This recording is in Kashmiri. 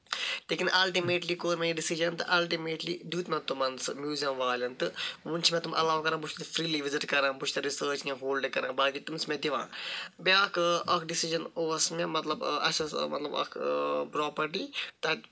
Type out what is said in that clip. لٮ۪کِن اَلٹِمیٹلی کوٚر مےٚ یہِ ڈٮ۪سجَن تہٕ اَلٹٔمیٹلی دیُت مےٚ تمَن سُہ موٗزیَم والٮ۪ن تہٕ ؤنۍ چھِ مےٚ تٔمۍ عَلاو کران بہٕ چھُس فرلی وِزِٹ کران بہٕ چھُس تَتہِ رِسٲرٕچ یا ہولڈ کران باقٕے تِم چھِ مےٚ دِوان بٮ۪اکھ اکھ ڈٮ۪سِجَن اوس مےٚ مطلب اسہِ اوس مطلب اکھ پروپَرٹی